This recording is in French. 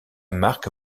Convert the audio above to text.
marque